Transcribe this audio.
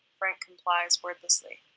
frank complies wordlessly.